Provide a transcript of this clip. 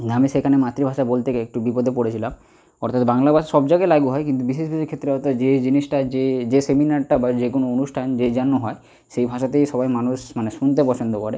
আমি সেখানে মাতৃভাষা বলতে গিয়ে একটু বিপদে পড়েছিলাম অর্থাৎ বাংলাভাষা সব জায়গায় লাগু হয় কিন্তু বিশেষ বিশেষ ক্ষেত্রে হয়তো যে জিনিসটা যে যে সেমিনারটা বা যে কোনো অনুষ্ঠান যে জন্য হয় সেই ভাষাতেই সবাই মানুষ মানে শুনতে পছন্দ করে